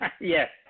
Yes